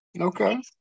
Okay